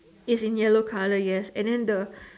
is in yellow colour yes and then the